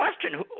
question